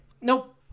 Nope